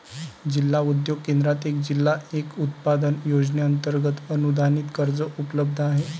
जिल्हा उद्योग केंद्रात एक जिल्हा एक उत्पादन योजनेअंतर्गत अनुदानित कर्ज उपलब्ध आहे